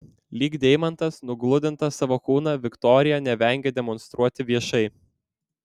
lyg deimantas nugludintą savo kūną viktorija nevengia demonstruoti viešai